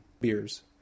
beers